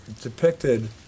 Depicted